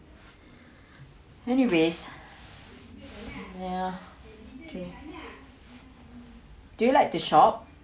anyways ya true do you like to shop